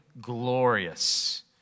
glorious